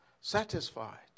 satisfied